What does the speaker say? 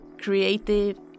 creative